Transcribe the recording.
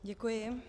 Děkuji.